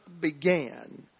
began